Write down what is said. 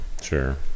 Sure